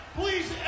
please